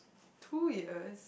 two years